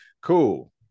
cool